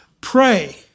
pray